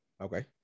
Okay